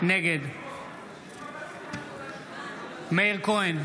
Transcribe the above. נגד מאיר כהן,